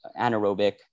anaerobic